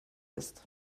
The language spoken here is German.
ist